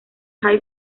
high